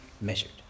measured